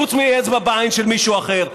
חוץ מאצבע בעין של מישהו אחר.